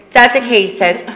dedicated